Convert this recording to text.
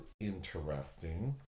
interesting